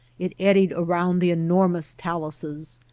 it eddied around the enormous taluses,